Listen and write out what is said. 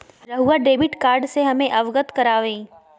रहुआ debit card से हमें अवगत करवाआई?